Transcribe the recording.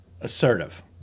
assertive